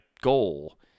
goal